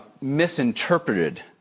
misinterpreted